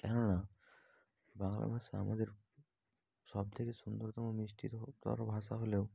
হ্যাঁ না বাংলা ভাষা আমাদের সব থেকে সুন্দরতম মিষ্টিতম তর ভাষা হলেও